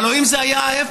הלוא אם זה היה ההפך,